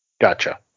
Gotcha